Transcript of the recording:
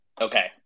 Okay